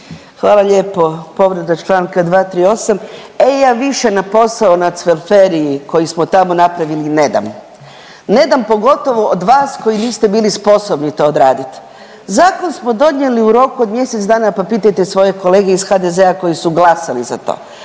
Hvala lijepo. Povreda Članka 238., e ja više na posao na Cvelferiji koji smo tamo napravili ne dam. Ne dam pogotovo od vas koji niste bili sposobni to odraditi. Zakon smo donijeli u roku od mjesec dana, pa pitajte svoje kolege iz HDZ-a koji su glasali za to.